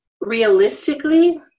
realistically